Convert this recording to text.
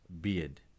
beard